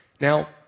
Now